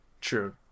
True